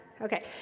okay